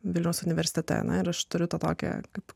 vilniaus universitete na ir aš turiu tą tokią kaip